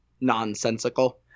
Nonsensical